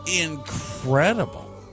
Incredible